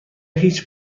هیچ